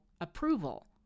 approval